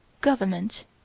Government